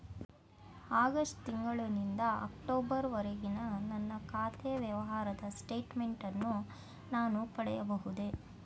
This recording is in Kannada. ಆಗಸ್ಟ್ ತಿಂಗಳು ನಿಂದ ಅಕ್ಟೋಬರ್ ವರೆಗಿನ ನನ್ನ ಖಾತೆ ವ್ಯವಹಾರದ ಸ್ಟೇಟ್ಮೆಂಟನ್ನು ನಾನು ಪಡೆಯಬಹುದೇ?